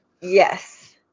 Yes